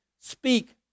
speak